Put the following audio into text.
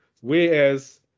whereas